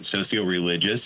socio-religious